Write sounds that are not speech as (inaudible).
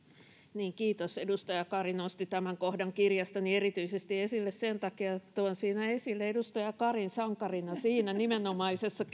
niin kiitos edustaja kari nosti erityisesti tämän kohdan kirjastani esille sen takia että tuon siinä esille edustaja karin sankarina siinä nimenomaisessa (unintelligible)